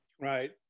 Right